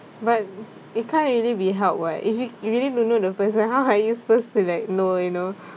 but it can't really be helped [what] if you really don't know the person how are you supposed to like know you know